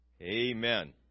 Amen